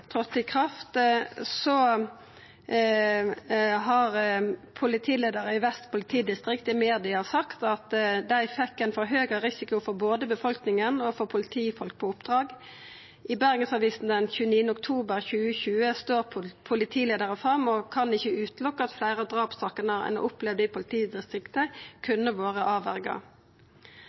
i kraft, har politileiaren i Vest politidistrikt i media sagt at dei fekk ein høgare risiko både for befolkning og for politifolk på oppdrag. I Bergensavisen den 28. oktober 2020 står ein påtaleleiar fram og kan ikkje utelukka at fleire drapssaker ein har opplevd i politidistriktet, kunne vore